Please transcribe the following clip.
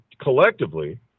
collectively